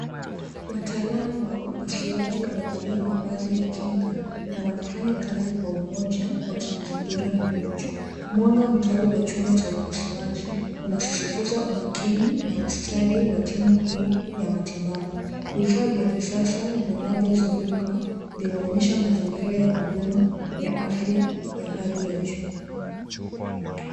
Wataalamu wa upasuaji wamevalia mavazi ya kinga na wanafanya kazi kwa umoja wakimzingira mgonjwa. Mwanga mkali wa chumba cha upasuaji unasistiza umakini na ustadi wa timu hii ya matibabu. Vifaa vya kisasa vinavyozunguka vinaonyesha mazingira ya huduma ya afya ya hali ya juu.